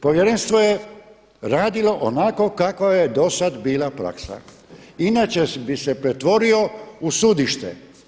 Povjerenstvo je radilo onako kako je do sada bila praksa, inače bi se pretvorio u sudište.